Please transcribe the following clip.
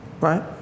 Right